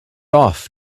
off